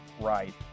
right